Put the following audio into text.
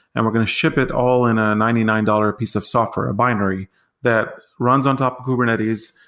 and we're going to ship it all in a ninety nine dollars piece of software, a binary that runs on top kubernetes,